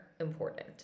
important